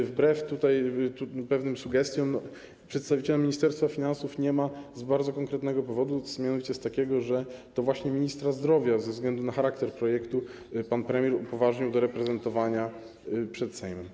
I wbrew pewnym sugestiom przedstawiciela Ministerstwa Finansów nie ma z bardzo konkretnego powodu, mianowicie z takiego, że to właśnie ministra zdrowia, ze względu na charakter projektu, pan premier upoważnił do reprezentowania przed Sejmem.